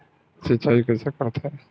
सिंचाई कइसे करथे?